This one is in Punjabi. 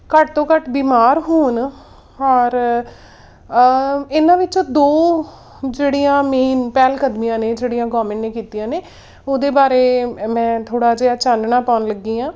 ਘੱਟ ਤੋਂ ਘੱਟ ਬਿਮਾਰ ਹੋਣ ਔਰ ਇਹਨਾਂ ਵਿੱਚੋਂ ਦੋ ਜਿਹੜੀਆਂ ਮੇਨ ਪਹਿਲ ਕਦਮੀਆਂ ਨੇ ਜਿਹੜੀਆਂ ਗੌਰਮੈਂਟ ਨੇ ਕੀਤੀਆਂ ਨੇ ਉਹਦੇ ਬਾਰੇ ਮ ਮੈਂ ਥੋੜ੍ਹਾ ਜਿਹਾ ਚਾਨਣਾ ਪਾਉਣ ਲੱਗੀ ਹਾਂ